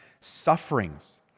sufferings